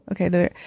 Okay